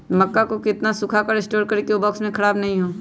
मक्का को कितना सूखा कर स्टोर करें की ओ बॉक्स में ख़राब नहीं हो?